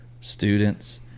students